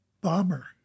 bomber